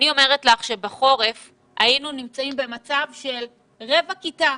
אני אומרת לך שבחורף היינו נמצאים במצב של רבע כיתה,